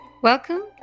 welcome